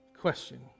question